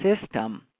system